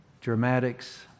dramatics